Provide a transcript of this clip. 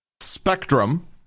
Spectrum